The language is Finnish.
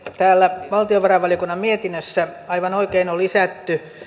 täällä valtiovarainvaliokunnan mietinnössä aivan oikein on lisätty